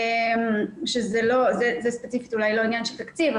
שזה ספציפית לא עניין של תקציב,